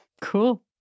Cool